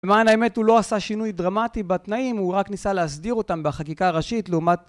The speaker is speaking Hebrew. למען האמת הוא לא עשה שינוי דרמטי בתנאים, הוא רק ניסה להסדיר אותם בחקיקה הראשית לעומת...